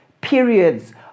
periods